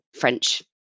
French